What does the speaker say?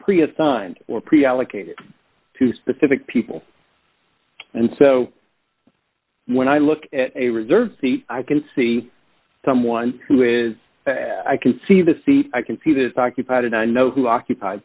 pre assigned or pre allocated to specific people and so when i look at a reserved seat i can see someone who is i can see the seat i can see this occupied and i know who occupied